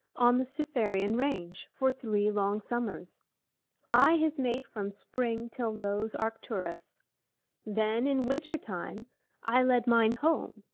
on the cithaeron range, for three long summers i his mate from spring till rose arcturus then in winter time i led mine home,